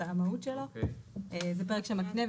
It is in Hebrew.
זה פרק שמקנה...